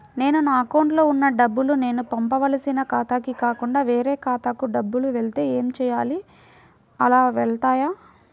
నేను నా అకౌంట్లో వున్న డబ్బులు నేను పంపవలసిన ఖాతాకి కాకుండా వేరే ఖాతాకు డబ్బులు వెళ్తే ఏంచేయాలి? అలా వెళ్తాయా?